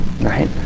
Right